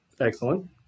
Excellent